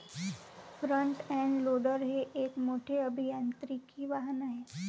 front end loader हे एक मोठे अभियांत्रिकी वाहन आहे